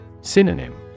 Synonym